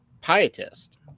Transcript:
pietist